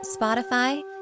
Spotify